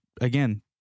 again